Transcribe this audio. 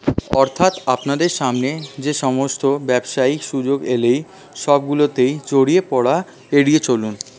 অর্থাৎ আপনাদের সামনে যে সমস্ত ব্যবসায়িক সুযোগ এলেই সবগুলিতে জড়িয়ে পড়া এড়িয়ে চলুন